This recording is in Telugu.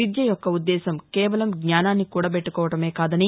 విద్య యొక్క ఉద్దేశ్వం కేవలం జ్ఞానాన్ని కూడబెట్లకోవడమే కాదని